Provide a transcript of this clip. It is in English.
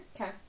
Okay